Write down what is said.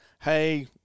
hey